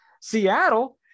seattle